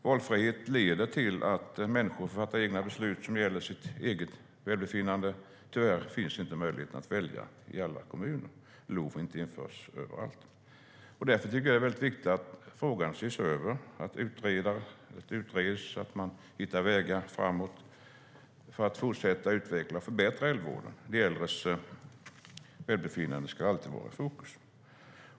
Valfrihet leder till att människor får fatta egna beslut som gäller deras eget välbefinnande. Tyvärr finns inte möjligheten att välja i alla kommuner - LOV har inte införts överallt. Därför tycker jag att det är viktigt att frågan ses över, att den utreds och att man hittar vägar framåt för att fortsätta utveckla och förbättra äldrevården. De äldres välbefinnande ska alltid vara i fokus.